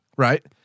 right